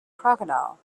crocodile